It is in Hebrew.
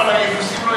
אבל היבוסים,